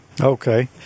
Okay